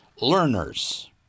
learners